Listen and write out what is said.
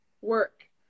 work